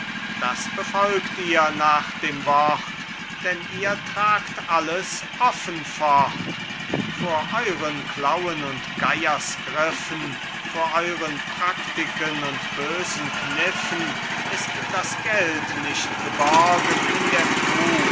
das befolgt ihr nach dem wort denn ihr tragt alles offen fort vor euren klauen und geiersgriffen vor euren praktiken und bösen kniffen ist das geld nicht geborgen in der truh